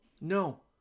no